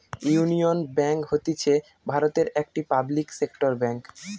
union bank হতিছে ভারতের একটি পাবলিক সেক্টর বেঙ্ক